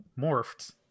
morphed